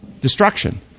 Destruction